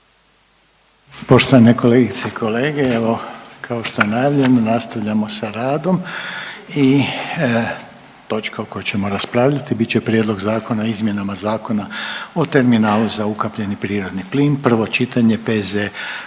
Poštovane kolegice i kolege, evo kao što je najavljeno nastavljamo sa radom i točka o kojoj ćemo raspravljati bit će - Prijedlog zakona o izmjenama Zakona o terminalu za ukapljeni prirodni plin, prvo čitanje, P.Z.